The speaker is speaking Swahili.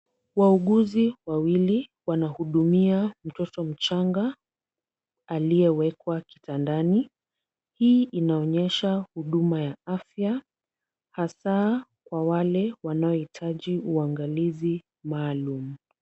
Wauguzi wawili wanahudumia mtoto mchanga aliyewekwa kitandani. Hii inaonyesha huduma ya afya hasa kwa wale wanaohitaji uangalizi maalum.